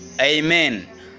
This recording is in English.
Amen